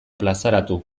plazaratu